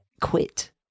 quit